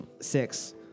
six